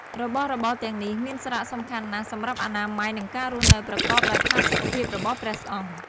របស់របរទាំងនេះមានសារៈសំខាន់ណាស់សម្រាប់អនាម័យ និងការរស់នៅប្រកបដោយផាសុកភាពរបស់ព្រះសង្ឃ។